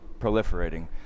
proliferating